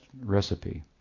recipe